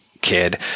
kid